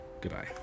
goodbye